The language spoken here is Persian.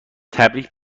تبریک